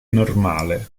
normale